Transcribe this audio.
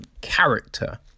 character